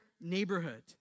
neighborhood